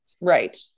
Right